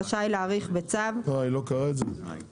רשאי להאריך בצו (1)